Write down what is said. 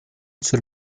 zur